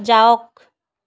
যাওক